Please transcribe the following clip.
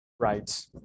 Right